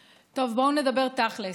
תכל'ס.